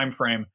timeframe